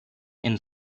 and